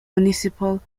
municipal